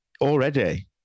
already